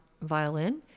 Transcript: violin